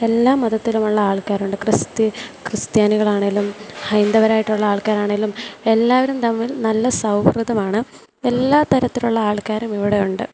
എല്ലാ മതത്തിലുമുള്ള ആൾക്കാരുണ്ട് ക്രിസ്തീ ക്രിസ്ത്യാനികളാണെങ്കിലും ഹൈന്ദവരായിട്ടുള്ള ആൾക്കാരാണെങ്കിലും എല്ലാവരും തമ്മിൽ നല്ല സൗഹൃദമാണ് എല്ലാത്തരത്തിലുള്ള ആൾക്കാരും ഇവിടെയുണ്ട്